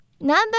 Number